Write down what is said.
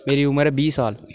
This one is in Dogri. मेरी उमर ऐ बीह् साल